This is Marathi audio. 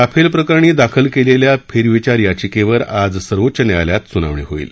राफेल प्रकरणात दाखल केलेल्या फेरविचार याचिकेवर आज सर्वोच्च न्यायालयात सुनावणी होईल